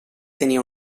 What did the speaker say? tenia